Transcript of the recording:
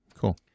Cool